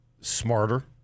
smarter